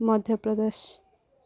Madhya Pradesh